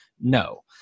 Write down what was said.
No